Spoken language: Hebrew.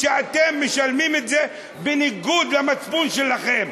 אתם משלמים את זה בניגוד למצפון שלכם.